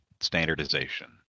standardization